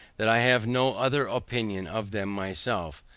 that i have no other opinion of them myself,